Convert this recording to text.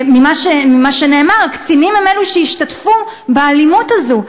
ממה שנאמר, הקצינים הם שהשתתפו באלימות הזאת.